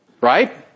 right